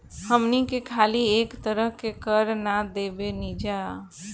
हमनी के खाली एक तरह के कर ना देबेनिजा